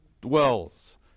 dwells